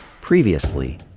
previously,